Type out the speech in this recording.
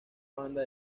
banda